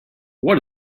what